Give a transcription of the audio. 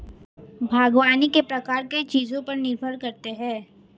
बागवानी के प्रकार कई चीजों पर निर्भर करते है